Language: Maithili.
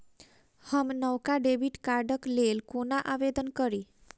हम नवका डेबिट कार्डक लेल कोना आवेदन करी?